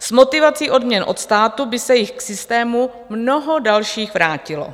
S motivací odměn od státu by se jich k systému mnoho dalších vrátilo.